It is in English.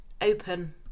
open